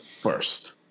first